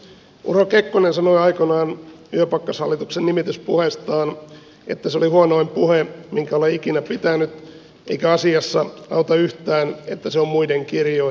urho kekkonen sanoi aikoinaan yöpakkashallituksen nimityspuheestaan että se oli huonoin puhe minkä hän on ikinä pitänyt eikä asiassa auta yhtään että se on muiden kirjoittama